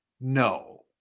no